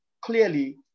clearly